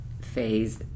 phase